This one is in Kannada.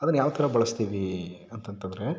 ಅದನ್ನು ಯಾವ ಥರ ಬಳಸ್ತೀವಿ ಅಂತ ಅಂತಂದ್ರೆ